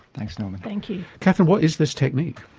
thanks norman. thank you. katherine, what is this technique?